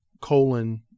colon